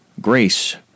Grace